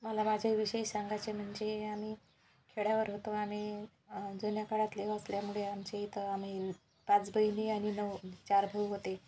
मला माझ्याविषयी सांगाचे म्हणजे आम्ही खेड्यावर होतो आणि जुन्या काळातले असल्यामुळे आमची इथं आम्ही पाच बहिणी आणि नऊ चार भाऊ होते